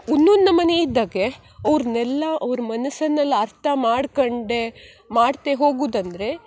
ಒಂದೊಂದು ನಮೂನಿ ಇದ್ದಕ್ಕೆ ಅವ್ರನ್ನೆಲ್ಲ ಅವ್ರ ಮನಸ್ಸನ್ನೆಲ್ಲ ಅರ್ಥ ಮಾಡ್ಕಂಡು ಮಾಡ್ತೆ ಹೋಗುದಂದರೆ